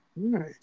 right